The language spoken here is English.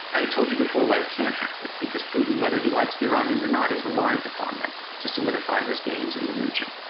i told you before why it can't happen. because putin, whether he likes the iranians or not, is reliant upon them to solidify his gains in the region.